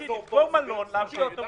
צריך להעביר אותם למלון, להוציא אותם.